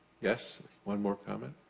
yes, one more coming?